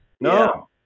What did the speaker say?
no